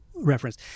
Reference